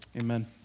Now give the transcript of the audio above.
Amen